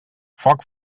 foc